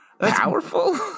Powerful